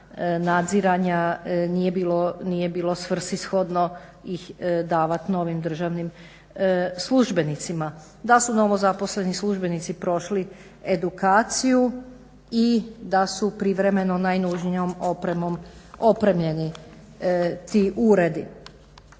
nadziranja nije bilo svrsishodno davati novim državnim službenicima, da su novozaposleni službenici prošli edukaciju i da su privremeno najnužnijom opremom opremljeni ti uredi.